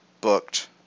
booked